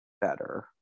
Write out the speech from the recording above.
better